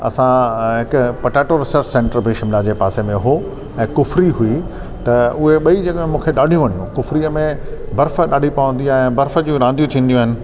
असां हिकु potato research centre Shimla जे पासे में हो ऐं कुफरी हुई उहे ॿई जॻह मूंखे ॾाढियूं वड़ियूं कुफरीअ में बर्फ ॾाढी पवंदी आहे ऐं बर्फ जूं रांदियूं थींदियूं आहिनि